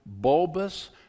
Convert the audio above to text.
bulbous